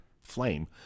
flame